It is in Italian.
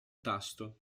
tasto